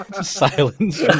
Silence